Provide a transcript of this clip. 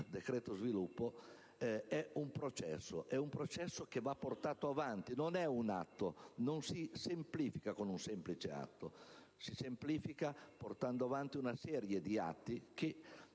la semplificazione è un processo che va portato avanti, non è un atto. Non si semplifica con un semplice atto: si semplifica portando avanti una serie di atti che,